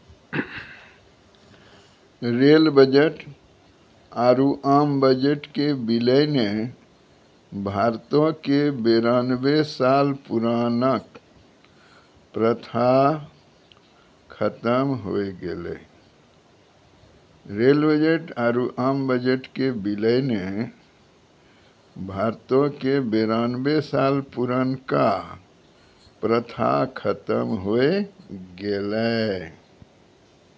rail budget आरु आम budget के विलय ने भारतो के बेरानवे साल पुरानका प्रथा खत्म होय गेलै